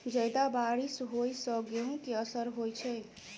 जियादा बारिश होइ सऽ गेंहूँ केँ असर होइ छै?